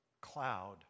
cloud